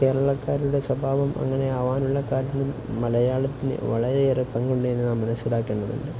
കേരളക്കാരുടെ സ്വഭാവം അങ്ങനെയാകാനുള്ള കാരണം മലയാളത്തിന് വളരെയേറെ പങ്കുണ്ടെന്ന് നാം മനസ്സിലാക്കേണ്ടതുണ്ട്